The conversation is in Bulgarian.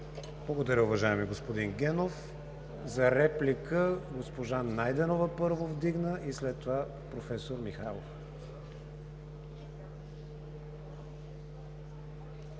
Благодаря, уважаеми господин Генов. За реплика – госпожа Найденова, първа вдигна ръка, и след това професор Михайлов.